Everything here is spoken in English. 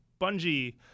Bungie